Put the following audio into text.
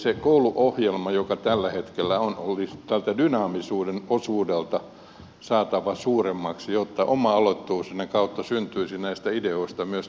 se kouluohjelma joka tällä hetkellä on olisi tältä dynaamisuuden osuudelta saatava suuremmaksi jotta oma aloitteisuuden kautta syntyisi näistä ideoista myös toimivia yrityksiä